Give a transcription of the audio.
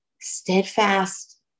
steadfast